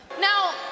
Now